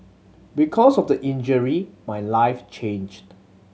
because of the injury my life changed